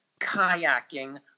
kayaking